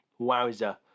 Wowza